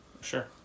Sure